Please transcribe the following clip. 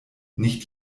nicht